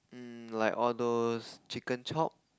um like all those chicken chop